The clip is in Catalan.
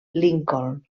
lincoln